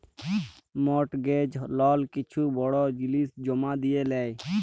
mortgage লল কিছু বড় জিলিস জমা দিঁয়ে লেই